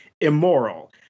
immoral